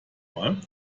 mal